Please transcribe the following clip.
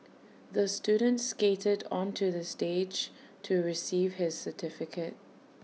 the student skated onto the stage to receive his certificate